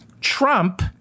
Trump